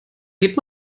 geht